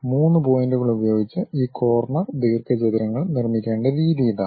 3 പോയിന്റുകൾ ഉപയോഗിച്ച് ഈ കോർണർ ദീർഘചതുരങ്ങൾ നിർമ്മിക്കേണ്ട രീതി ഇതാണ്